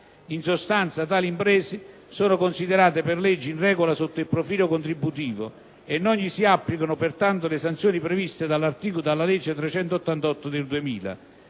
In sostanza, tali imprese sono considerate per legge in regola sotto il profilo contributivo e non gli si applicano pertanto le sanzioni previste dalla legge n. 388 del 2000.